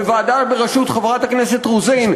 בוועדה בראשות חברת הכנסת רוזין,